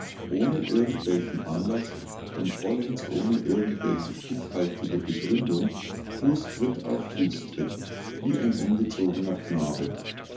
ohne irgendwelchen anlaß und vollends ohne irgendwelche stichhaltige begründung fußtritt auf fußtritt wie ein ungezogener knabe